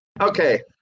Okay